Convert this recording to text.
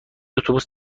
اتوبوس